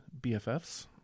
BFFs